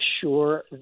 sure